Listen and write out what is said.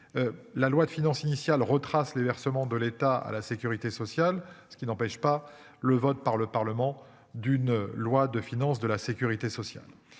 La loi de finances initiale retrace les versements de l'État à la sécurité sociale, ce qui n'empêche pas le vote par le Parlement d'une loi de finances de la Sécurité sociale.